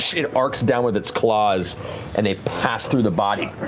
it arcs down with its claws and they pass through the body.